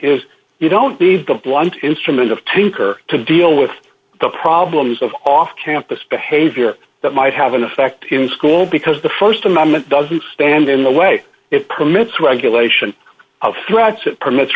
is you don't need the blunt instrument of tinker to deal with the problems of off campus behavior that might have an effect in school because the st amendment does he stand in the way it permits regulation of threats it permits